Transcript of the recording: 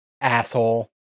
asshole